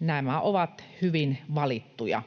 nämä ovat hyvin valittuja.